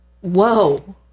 whoa